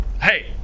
hey